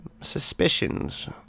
suspicions